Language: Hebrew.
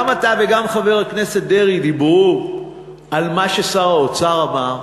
גם אתה וגם חבר הכנסת דרעי דיברתם על מה ששר האוצר אמר,